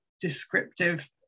descriptive